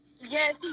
Yes